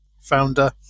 founder